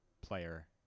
player